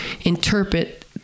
interpret